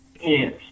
Yes